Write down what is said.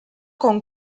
con